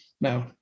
No